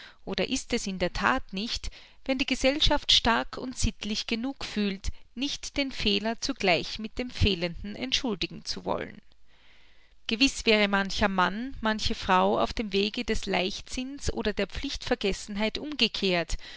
oder ist es in der that nicht wenn die gesellschaft stark und sittlich genug fühlt nicht den fehler zugleich mit dem fehlenden entschuldigen zu wollen gewiß wäre mancher mann manche frau auf dem wege des leichtsinns oder der pflichtvergessenheit umgekehrt